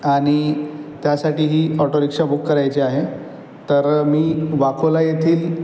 आणि त्यासाठी ही ऑटोरिक्षा बुक करायची आहे तर मी वाकोला येथील